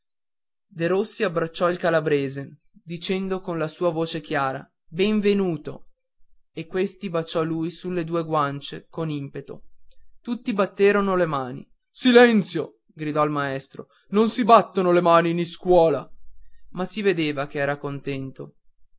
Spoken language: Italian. calabria derossi abbracciò il calabrese dicendo con la sua voce chiara benvenuto e questi baciò lui sulle due guancie con impeto tutti batterono le mani silenzio gridò il maestro non si batton le mani in iscuola ma si vedeva che era contento